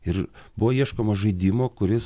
ir buvo ieškoma žaidimo kuris